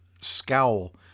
scowl